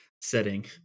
setting